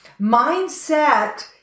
Mindset